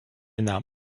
nám